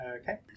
Okay